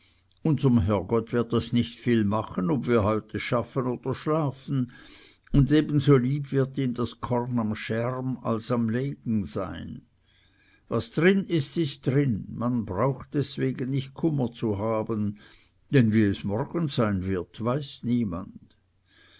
herrgott wird das nicht viel machen ob wir heute schaffen oder schlafen und ebenso lieb wird ihm das korn am scherm als am regen sein was drin ist ist drin man braucht deswegen nicht kummer zu haben denn wie es morgen sein wird weiß niemand